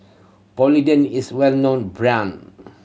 Polident is well known brand